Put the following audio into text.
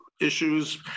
issues